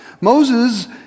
Moses